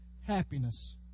happiness